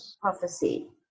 prophecy